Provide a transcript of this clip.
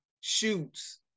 shoots